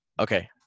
okay